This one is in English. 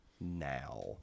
now